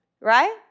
right